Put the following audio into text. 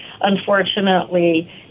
unfortunately